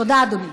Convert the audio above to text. תודה, אדוני.